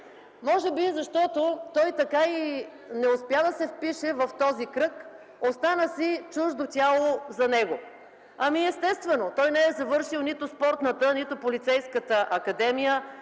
Може би защото той така и не успя да се впише в този кръг, остана си чуждо тяло за него. Ами, естествено, той не е завършил нито Спортната, нито Полицейската академия,